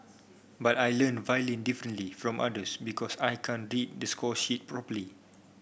but I learn violin differently from others because I can't read the score sheet properly